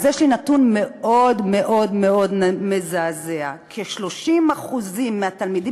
יש לי נתון מאוד מאוד מאוד מזעזע: כ-30% מהתלמידים